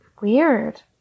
Weird